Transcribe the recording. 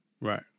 Right